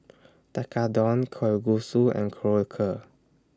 Tekkadon Kalguksu and Korokke